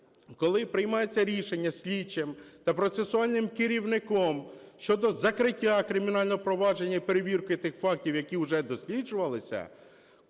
коли приймається рішення слідчим та процесуальним керівником щодо закриття кримінального провадження і перевірки тих фактів, які вже досліджувались,